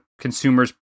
consumers